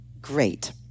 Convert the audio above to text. Great